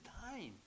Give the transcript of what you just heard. time